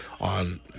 on